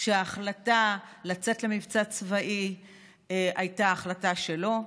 שההחלטה לצאת למבצע צבאי הייתה החלטה שלו,